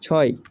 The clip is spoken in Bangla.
ছয়